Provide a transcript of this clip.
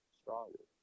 stronger